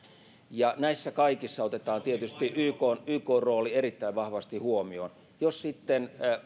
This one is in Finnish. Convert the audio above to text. näissä kaikissa otetaan tietysti ykn ykn rooli erittäin vahvasti huomioon jos sitten